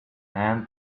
hand